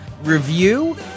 review